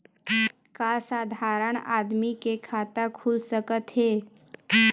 का साधारण आदमी के खाता खुल सकत हे?